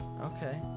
Okay